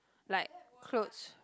like clothes